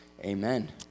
Amen